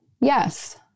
yes